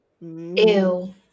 Ew